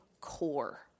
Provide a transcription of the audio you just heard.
core